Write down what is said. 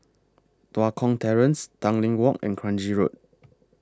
Tua Kong Terrace Tanglin Walk and Kranji Road